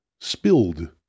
spilled